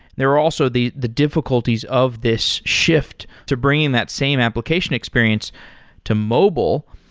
there were also the the difficulties of this shift to bringing that same application experience to mobile.